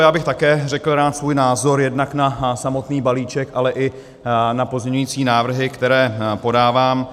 Já bych také řekl rád svůj názor jednak na samotný balíček, ale i na pozměňující návrhy, které podávám.